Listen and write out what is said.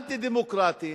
אנטי-דמוקרטיים,